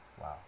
Wow